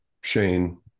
Shane